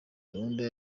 gahunda